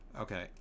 Okay